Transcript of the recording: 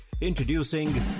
Introducing